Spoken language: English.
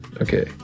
Okay